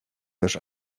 też